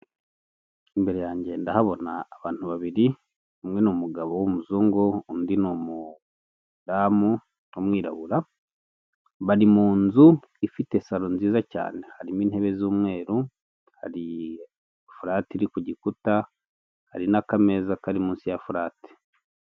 Imbere yanjye ndahabona abantu babiri, umwe n'umugabo w'umuzungu undi n'umudamu w'umwirabura. Bari mu nzu ifite saro nziza cyane, harimo intebe z'umweru, hari furati iri ku gikuta, hari n'akameza kari munsi ya furati.